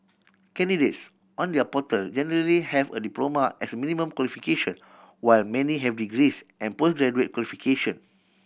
candidates on their portal generally have a diploma as a minimum qualification while many have degrees and post graduate qualification